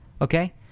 okay